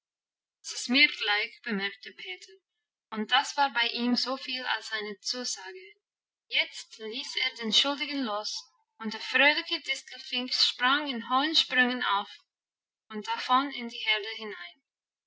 mir gleich bemerkte peter und das war bei ihm soviel als eine zusage jetzt ließ er den schuldigen los und der fröhliche distelfink sprang in hohen sprüngen auf und davon in die herde hinein